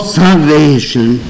salvation